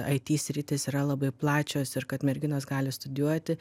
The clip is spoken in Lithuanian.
it sritys yra labai plačios ir kad merginos gali studijuoti